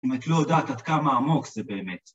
‫זאת אומרת, לא יודעת ‫עד כמה עמוק זה באמת.